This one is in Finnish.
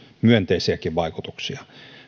myönteisiäkin vaikutuksia